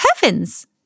heavens